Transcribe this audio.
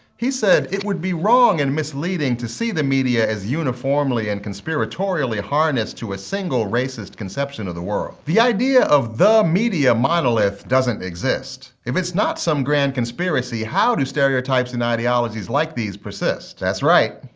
he said, it would be wrong and misleading to see the media as uniformly and conspiratorially harnessed to a single, racist conception of the world. the idea of the media monolith doesn't exist. if it's not some grand conspiracy, how do stereotypes and ideologies like these persist? that's right,